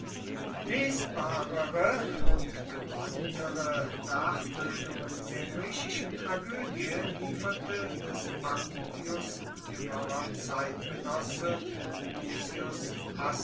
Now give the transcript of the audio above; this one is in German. lesbarere und gewandtere nachbildungen der griechischen tragödie lieferte des pacuvius jüngerer zeitgenosse